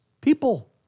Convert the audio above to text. people